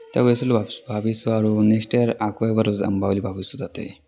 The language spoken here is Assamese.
তেতিয়া গৈছিলোঁ আৰু ভাবিছোঁ আৰু নেক্সট ইয়াৰ আকৌ এবাৰ যাম বুলি ভাবিছোঁ তাতেই